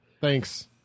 Thanks